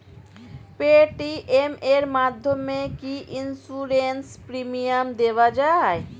Paytm এর মাধ্যমে কি ইন্সুরেন্স প্রিমিয়াম দেওয়া যায়?